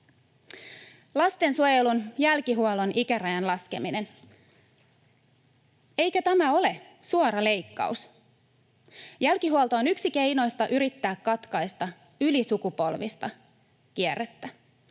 Lastensuojelun jälkihuollon ikärajan laskeminen — eikö tämä ole suora leikkaus? Jälkihuolto on yksi keinoista yrittää katkaista ylisukupolvista kierrettä.